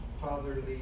fatherly